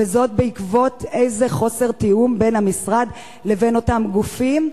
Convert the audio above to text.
וזאת עקב חוסר תיאום בין המשרד לבין אותם גופים.